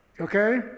okay